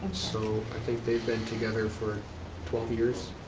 so i think they've been together for twelve years.